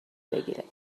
بگیره